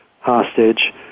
hostage